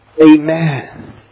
Amen